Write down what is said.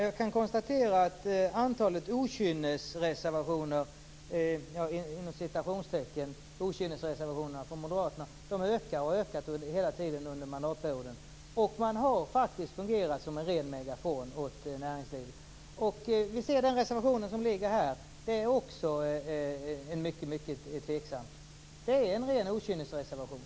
Herr talman! Jag kan konstatera att antalet okynnesreservationer från moderaterna ökar och har ökat under hela mandatperioden. Man har faktiskt fungerat som en ren megafon åt näringslivet. Den reservation som finns här är också mycket tveksam. Det är en ren okynnesreservation.